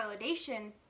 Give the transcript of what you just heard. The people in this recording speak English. validation